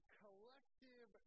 collective